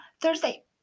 Thursday